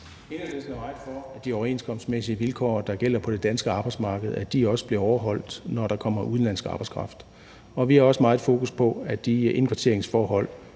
Enhedslisten er meget for, at de overenskomstmæssige vilkår, der gælder på det danske arbejdsmarked, også bliver overholdt, når der kommer udenlandsk arbejdskraft. Og vi har også meget fokus på, at de indkvarteringsforhold,